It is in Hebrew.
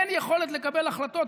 אין יכולת לקבל החלטות,